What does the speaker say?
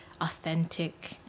authentic